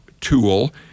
tool